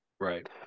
Right